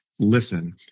listen